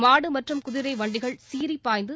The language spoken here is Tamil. மாடு மற்றும் குதிரை வண்டிகள் சீறிபாய்ந்தது